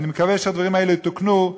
אני מקווה שהדברים האלה יתוקנו,